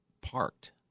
parked